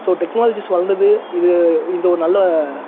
so technologies வளர்ந்தது இது இது ஒரு நல்ல